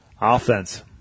offense